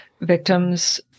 victims